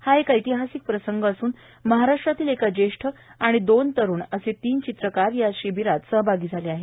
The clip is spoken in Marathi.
हा एक ऐतिहासिक प्रसंग असून महाराष्ट्रातील एक ज्येष्ठ आणि दोन तरुण असे तीन चित्रकार या शिबीरात सहभागी झाले आहेत